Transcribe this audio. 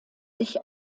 sich